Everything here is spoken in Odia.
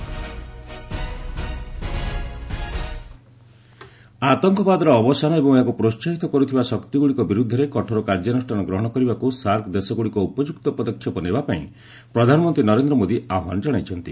ପିଏମ୍ ସାର୍କ ଆତଙ୍କବାଦର ଅବସାନ ଏବଂ ଏହାକୁ ପ୍ରୋସାହିତ କରୁଥିବା ଶକ୍ତିଗୁଡ଼ିକ ବିରୁଦ୍ଧରେ କଠୋର କାର୍ଯ୍ୟାନୁଷ୍ଠାନ ଗ୍ରହଣ କରିବାକୁ ସାର୍କ ଦେଶଗୁଡ଼ିକ ଉପଯୁକ୍ତ ପଦକ୍ଷେପ ଗ୍ରହଣ କରିବାକୁ ପ୍ରଧାନମନ୍ତ୍ରୀ ନରେନ୍ଦ୍ର ମୋଦି ଆହ୍ବାନ ଜଣାଇଛନ୍ତି